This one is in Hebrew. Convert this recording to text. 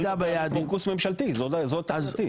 הכול זה פוקוס ממשלתי, זאת דעתי.